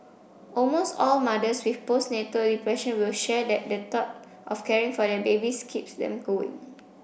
almost all mothers with postnatal depression will share that the thought of caring for their babies keeps them going